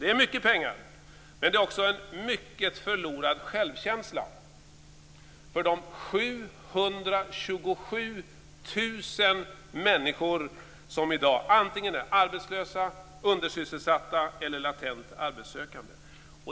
Det är mycket pengar, men det är också mycket förlorad självkänsla för de 727 000 människor som i dag är antingen arbetslösa, undersysselsatta eller latent arbetssökande.